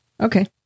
okay